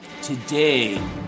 today